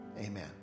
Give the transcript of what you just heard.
amen